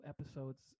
episodes